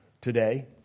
today